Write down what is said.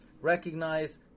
Recognize